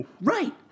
Right